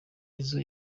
jizzo